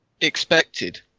expected